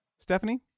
Stephanie